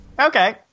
Okay